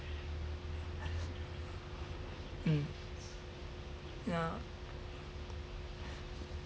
mm yeah